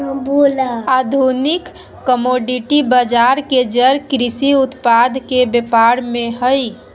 आधुनिक कमोडिटी बजार के जड़ कृषि उत्पाद के व्यापार में हइ